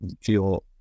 feel